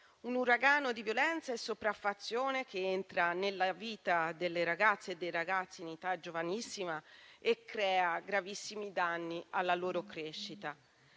un uragano di violenza e sopraffazione che entra nella vita delle ragazze e dei ragazzi in età giovanissima e crea gravissimi danni alla loro crescita.